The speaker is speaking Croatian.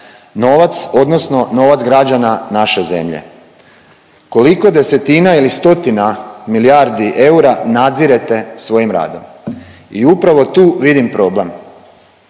novac, odnosno novac građana naše zemlje. Koliko desetina ili stotina milijardi eura nadzirete svojim radom i upravo tu vidim problem.